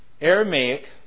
Aramaic